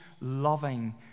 loving